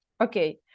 okay